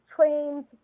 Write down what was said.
trains